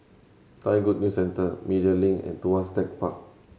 Thai Good News Centre Media Link and Tuas Tech Park